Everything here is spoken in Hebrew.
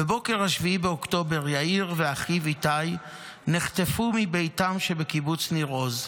בבוקר 7 באוקטובר יאיר ואחיו איתי נחטפו מביתם שבקיבוץ ניר עוז.